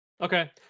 Okay